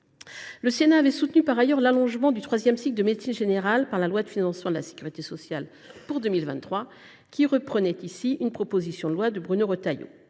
le Sénat a soutenu l’allongement du troisième cycle de médecine générale par la loi de financement de la sécurité sociale pour 2023, où se trouvait reprise une proposition de loi de Bruno Retailleau.